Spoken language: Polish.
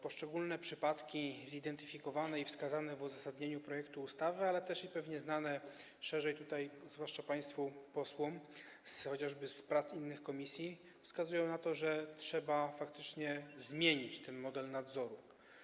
Poszczególne przypadki zidentyfikowane i wskazane w uzasadnieniu projektu ustawy, ale i też pewnie znane szerzej zwłaszcza państwu posłom chociażby z prac w innych komisjach, wskazują na to, że trzeba faktycznie zmienić ten model nadzoru.